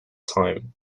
time